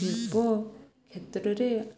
ଶିଳ୍ପ କ୍ଷେତ୍ରରେ